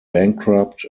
bankrupt